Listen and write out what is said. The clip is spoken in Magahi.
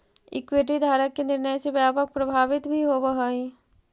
इक्विटी धारक के निर्णय से व्यापार प्रभावित भी होवऽ हइ